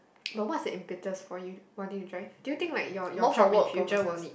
but one is the impetus for you wanting to drive do you think like your your job in future will need